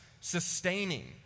sustaining